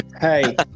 hey